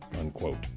unquote